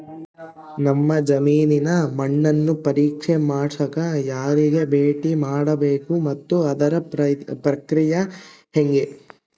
ನಮ್ಮ ಜಮೇನಿನ ಮಣ್ಣನ್ನು ಪರೇಕ್ಷೆ ಮಾಡ್ಸಕ ಯಾರಿಗೆ ಭೇಟಿ ಮಾಡಬೇಕು ಮತ್ತು ಅದರ ಪ್ರಕ್ರಿಯೆ ಹೆಂಗೆ?